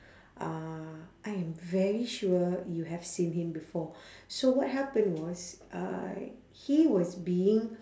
uh I am very sure you have seen him before so what happened was uh he was being